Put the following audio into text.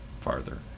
farther